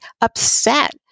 upset